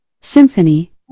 Symphony